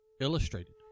illustrated